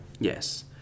Yes